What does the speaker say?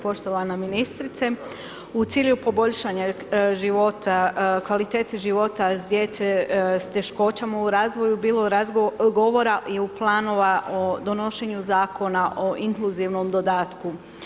Poštovana ministrice, u cilju poboljšane kvalitete života djece sa teškoćama u razvoju, bilo je govora i planova o donošenju Zakona o inkluzivnom dodatku.